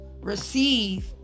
receive